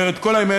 אומר את כל האמת